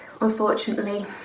unfortunately